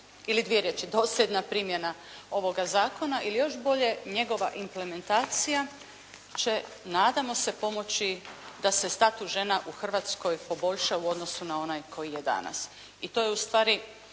ili dvije riječi dosljedna primjena ovoga zakona ili još bolje njegova implementacija će nadamo se pomoći da se status žena u Hrvatskoj poboljša u odnosu na onaj koji je danas. I to je ustvari